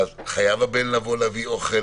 ואז חייב הבן לבוא להביא אוכל.